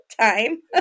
time